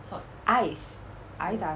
eyes eyes are